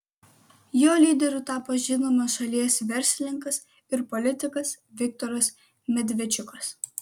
jo lyderiu tapo žinomas šalies verslininkas ir politikas viktoras medvedčiukas